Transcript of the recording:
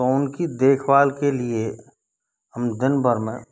तो उन की देखभाल के लिए हम दिन भर में